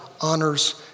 honors